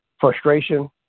Frustration